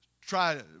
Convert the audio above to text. Try